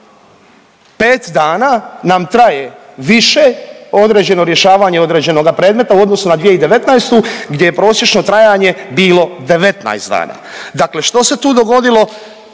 5 dana nam traje više određeno rješavanje određenoga predmeta u odnosu na 2019. gdje je prosječno trajanje bilo 19 dana. Dakle, što se tu dogodilo